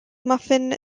muffin